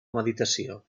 meditació